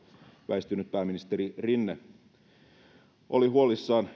väistynyt pääministeri rinne oli huolissaan